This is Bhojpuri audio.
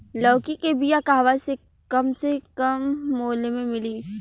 लौकी के बिया कहवा से कम से कम मूल्य मे मिली?